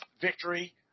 victory